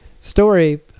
Story